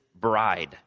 bride